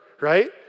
right